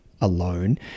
alone